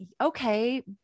okay